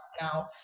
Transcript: now